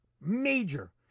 major